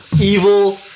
Evil